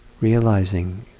realizing